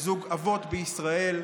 זוג אבות בישראל.